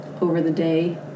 over-the-day